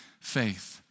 faith